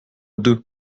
deux